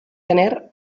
tener